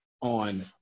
on